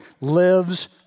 lives